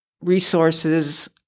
resources